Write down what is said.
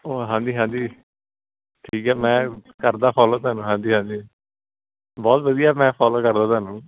ਓ ਹਾਂਜੀ ਹਾਂਜੀ ਠੀਕ ਹੈ ਮੈਂ ਕਰਦਾ ਫੋਲੋ ਤੁਹਾਨੂੰ ਹਾਂਜੀ ਹਾਂਜੀ ਬਹੁਤ ਵਧੀਆ ਮੈਂ ਫੋਲੋ ਕਰਦਾ ਤੁਹਾਨੂੰ